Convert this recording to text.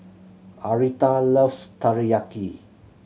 Aretha loves Teriyaki